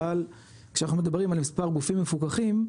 אבל כשאנחנו מדברים על מספר גופים מפוקחים,